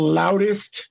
loudest